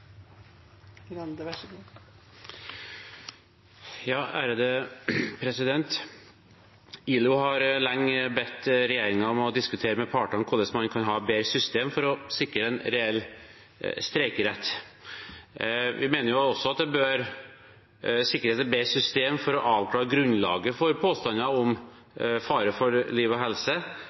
ILO har lenge bedt regjeringen diskutere med partene om hvordan man kan ha bedre system for å sikre en reell streikerett. Vi mener også at det bør sikres et bedre system for å avklare grunnlaget for påstander om fare for liv og helse